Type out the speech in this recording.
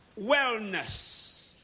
Wellness